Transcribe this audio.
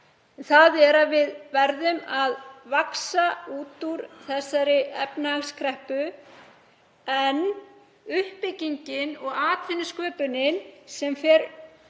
og efnahag. Við verðum að vaxa út úr þessari efnahagskreppu en uppbyggingin og atvinnusköpunin sem fer